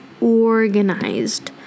organized